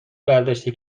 برداشتی